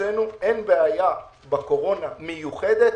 שהוצאנו אין בעיה מיוחדת בקורונה